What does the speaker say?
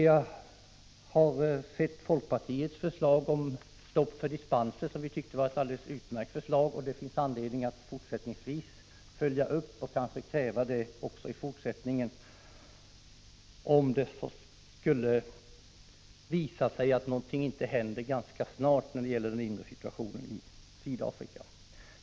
Folkpartiets förslag om stopp för dispenser tycker vi är alldeles utmärkt. Det finns anledning att fortsätta att ställa det kravet, om inte situationen i Sydafrika ganska snart förändras.